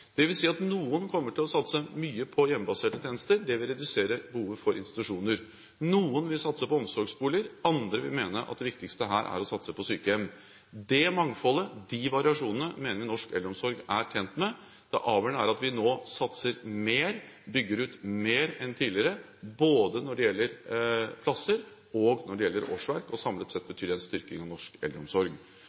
at noen kommer til å satse mye på hjemmebaserte tjenester; det vil redusere behovet for institusjoner. Noen vil satse på omsorgsboliger, andre vil mene at det viktigste her er å satse på sykehjem. Det mangfoldet – de variasjonene – mener vi norsk eldreomsorg er tjent med. Det avgjørende er at vi nå satser mer, bygger ut mer enn tidligere, både når det gjelder plasser, og når det gjelder årsverk. Samlet sett betyr det en styrking av norsk eldreomsorg.